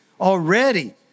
already